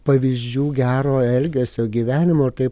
pavyzdžių gero elgesio gyvenimo ir taip